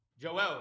Joel